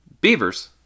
Beavers